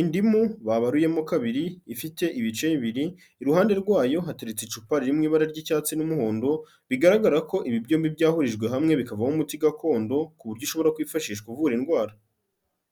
indimu babaruyemo kabiri ifite ibice bibiri, iruhande rwayo hateretse icupa riri rimwe ibara ry'icyatsi n'umuhondo, bigaragara ko ibi byombi byahurijwe hamwe bikava umuti gakondo ku buryo ishobora kwifashishwa uvura indwara.